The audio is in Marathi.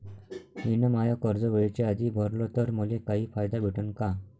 मिन माय कर्ज वेळेच्या आधी भरल तर मले काही फायदा भेटन का?